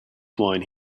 wine